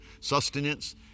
sustenance